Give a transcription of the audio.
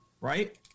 Right